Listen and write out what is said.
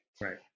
Right